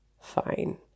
fine